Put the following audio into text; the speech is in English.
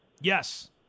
Yes